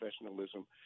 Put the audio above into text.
professionalism